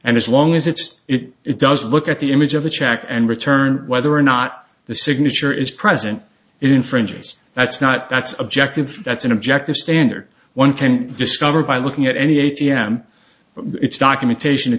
and as long as it's it it does look at the image of a check and return whether or not the signature is present it infringes that's not that's objective that's an objective standard one can discover by looking at any a t m it's documentation